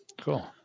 Cool